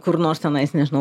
kur nors tenais nežinau